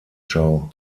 show